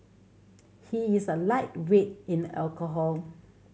he is a lightweight in alcohol